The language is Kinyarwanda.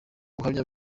buhamya